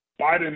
Biden